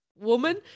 woman